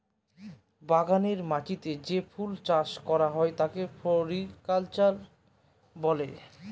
বাগানের মাটিতে যে ফুল চাষ করা হয় তাকে ফ্লোরিকালচার বলে